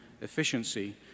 efficiency